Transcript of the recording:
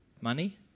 Money